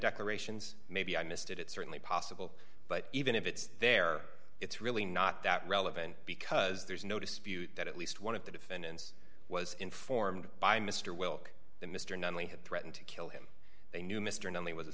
decorations maybe i missed it it's certainly possible but even if it's there it's really not that relevant because there's no dispute that at least one of the defendants was informed by mr wilkie that mr nunley had threatened to kill him they knew mr knightley was a